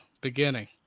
beginning